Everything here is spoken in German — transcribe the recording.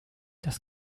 das